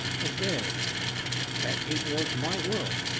as theirs that it was my world,